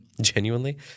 genuinely